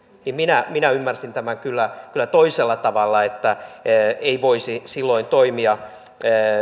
minä minä ymmärsin tämän kyllä kyllä toisella tavalla niin että puoliso lapsi sisarus tai vanhempi ei voisi silloin toimia